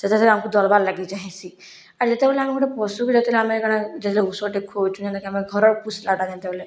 ସେଥିରେ ସେ ଆମୁକୁ ଦଲ୍ବାରେ ଲାଗିଛେ ହେସିଁ ଆର୍ ଯେତୋବେଲେ ଆମେ ଗୋଟେ ପଶୁକୁ ଯେତୋଲେ ଆମେ କାଣା ଯେତୋଲେ ଓଷଦ୍ ଟିକେ ଖୋଉଛୁଁ ଯେନ୍ତା କି ଆମର୍ ଖରାପ୍